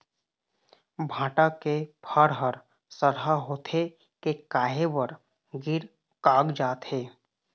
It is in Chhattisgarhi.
भांटा के फर हर सरहा होथे के काहे बर गिर कागजात हे?